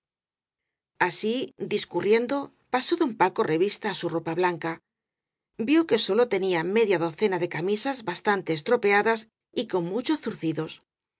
así discurriendo pasó don paco revista á su ropa blanca vió que sólo tenía media docena de camisas bastante estropeadas y con muchos